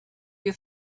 you